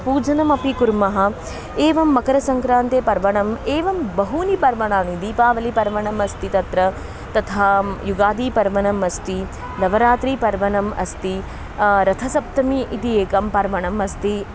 पूजनमपि कुर्मः एवं मकरसङ्क्रान्ती पर्वणम् एवं बहूनि पर्वणि दीपावलिपर्व अस्ति तत्र तथा युगादीपर्व अस्ति नवरात्रीपर्व अस्ति रथसप्तमी इति एकं पर्व अस्ति